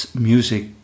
music